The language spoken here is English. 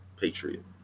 patriot